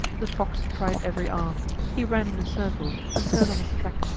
the fox tried every art he ran in a circle and turned on his track,